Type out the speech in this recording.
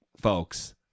folks